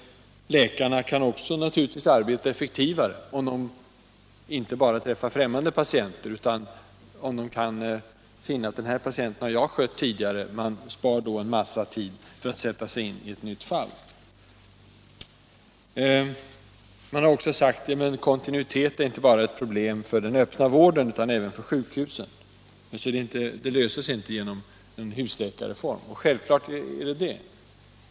Läkarna kan naturligtvis också arbeta effektivare om de inte bara träffar främ mande patienter, utan kan finna att de har skött en patient tidigare. Det krävs då inte en massa tid för att sätta sig in i ett hytt fall. Man har också sagt att kontinuiteten inte bara är ett problem för den öppna vården utan även för sjukhusen — det löser man inte genom en husläkarreform, det är självklart.